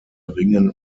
ringen